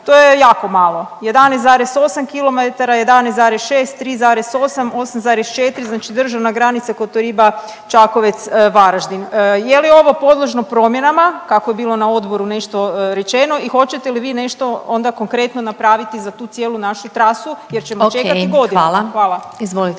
to je jako malo 11,8 km, 11,6, 3,8, 8,4. Znači državna granica Kotoriba-Čakovec-Varaždin. Je li ovo podložno promjenama kako je bilo na odboru nešto rečeno i hoćete li vi nešto onda konkretno napraviti za tu cijelu našu trasu jer ćemo čekati godinama.